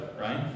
right